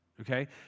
Okay